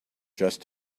just